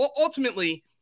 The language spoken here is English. ultimately